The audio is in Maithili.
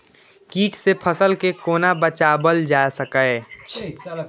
कीट से फसल के कोना बचावल जाय सकैछ?